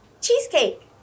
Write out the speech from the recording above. cheesecake